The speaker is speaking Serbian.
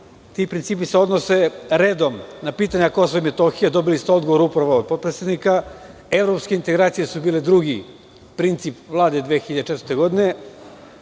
Ti principi se odnose redom na pitanje Kosova i Metohije, dobili ste odgovor upravo od potpredsednika. Evropske integracije su bile drugi princip Vlade 2004. godine,